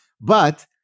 but-